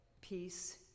peace